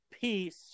Peace